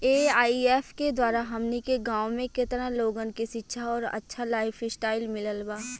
AIF के द्वारा हमनी के गांव में केतना लोगन के शिक्षा और अच्छा लाइफस्टाइल मिलल बा